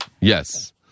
Yes